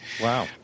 Wow